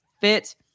fit